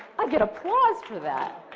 i get applause for that